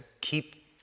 keep